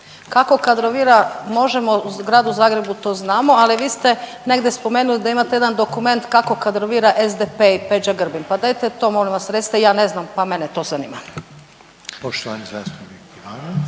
Kako kadrovira MOŽEMO zgradu u Zagrebu to znamo, ali vi ste negdje spomenuli da imate jedan dokument kako kadrovira SDP i Peđa Grbin. Pa dajte to molim vas recite, ja ne znam pa mene to zanima. **Reiner, Željko